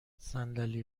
صندلی